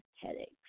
headaches